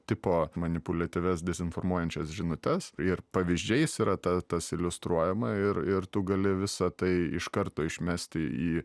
tipo manipuliatyvias dezinformuojančias žinutes ir pavyzdžiais yra ta tas iliustruojama ir ir tu gali visa tai iš karto išmesti į